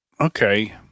okay